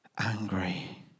angry